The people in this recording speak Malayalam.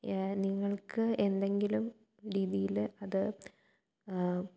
നിങ്ങൾക്ക് എന്തെങ്കിലും രീതിയില് അത്